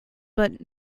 but